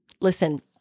Listen